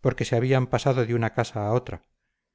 porque se habían pasado de una casa a otra